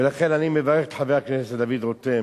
ולכן אני מברך את חבר הכנסת דוד רותם,